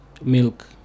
milk